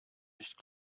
nicht